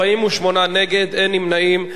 48 נגד, אין נמנעים.